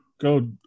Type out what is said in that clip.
go